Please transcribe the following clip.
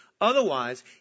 Otherwise